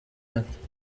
arthur